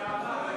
איזה אירוע,